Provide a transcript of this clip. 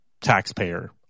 taxpayer